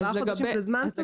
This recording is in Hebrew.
ארבעה חודשים זה זמן סביר?